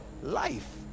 life